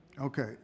Okay